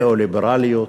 ניאו-ליברליות,